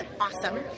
awesome